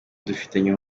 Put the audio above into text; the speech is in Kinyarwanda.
dufitanye